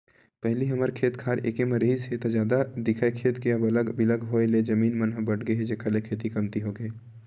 पहिली हमर खेत खार एके म रिहिस हे ता जादा दिखय खेत के अब अलग बिलग के होय ले जमीन मन ह बटगे हे जेखर ले खेती कमती होगे हे